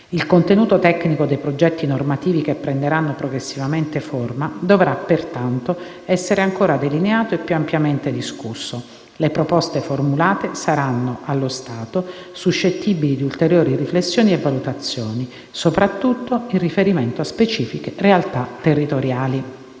Il contenuto tecnico dei progetti normativi che prenderanno progressivamente forma dovrà pertanto essere ancora delineato e più ampiamente discusso. Le proposte formulate saranno, allo stato, suscettibili di ulteriori riflessioni e valutazioni, soprattutto in riferimento a specifiche realtà territoriali.